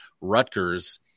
Rutgers